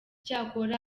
cyakora